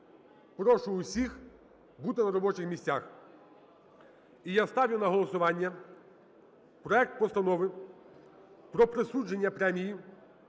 Прошу усіх бути на робочих місцях. І я ставлю на голосування проект Постанови про присудження Премії